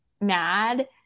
mad